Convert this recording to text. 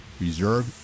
reserve